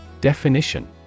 Definition